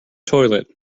toilet